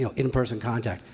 you know in-person contact.